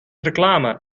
reclame